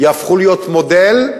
יהפכו להיות מודל,